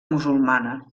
musulmana